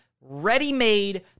ready-made